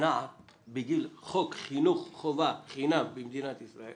בגיל חוק חינוך חובה חינם במדינת ישראל